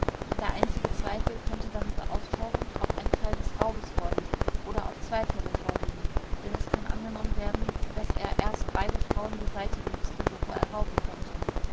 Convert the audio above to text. der einzige zweifel könnte darüber auftauchen ob ein fall des raubes vorliegt oder ob zwei fälle vorliegen denn es kann angenommen werden daß er erst beide frauen beseitigen mußte bevor er rauben konnte